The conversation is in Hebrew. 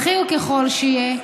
בכיר ככל שיהיה,